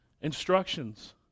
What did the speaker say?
instructions